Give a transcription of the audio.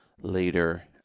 later